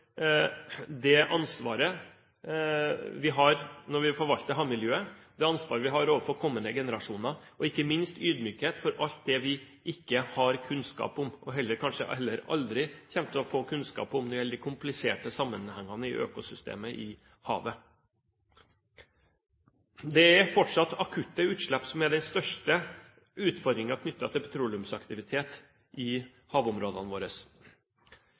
det ansvaret vi har når vi forvalter havmiljøet, og det ansvaret vi har overfor kommende generasjoner, ikke minst ydmykhet overfor alt det vi ikke har kunnskap om, og kanskje heller aldri kommer til å få kunnskap om når det gjelder de kompliserte sammenhengene i økosystemet i havet. Det er fortsatt akutte utslipp som er den største utfordringen knyttet til petroleumsaktivitet i havområdene våre.